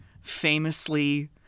famously